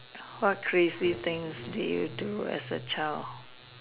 what crazy things did you do as a child